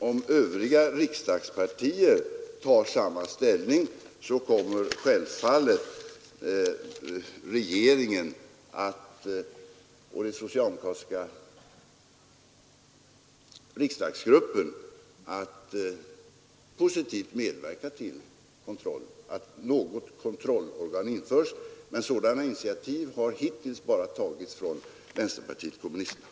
Om övriga riksdagspartier intar samma ståndpunkt, kommer självfallet regeringen och den socialdemokratiska riksdagsgruppen att positivt medverka till att något kontrollorgan införs, men sådana initiativ har hittills bara tagits av vänsterpartiet kommunisterna.